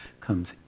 comes